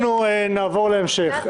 אנחנו נעבור להמשך.